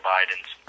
Biden's